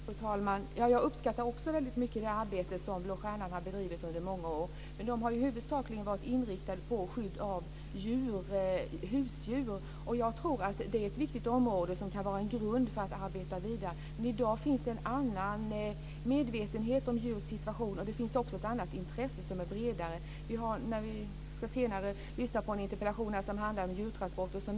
Fru talman! Jag uppskattar också väldigt mycket det arbete som Blå stjärnan har bedrivit under många år. Men organisationen har huvudsakligen varit inriktad på skydd av husdjur. Jag tror att det är ett viktigt område som kan vara en grund för att arbeta vidare. Men i dag finns det en annan medvetenhet om djurs situation, och det finns också ett annat intresse som är bredare. Jordbruksministern ska senare besvara en interpellation om djurtransporter.